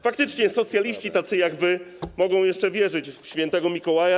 Faktycznie socjaliści tacy jak wy mogą jeszcze wierzyć w Świętego Mikołaja.